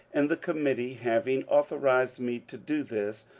and the committee having authorized me to do this,